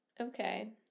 Okay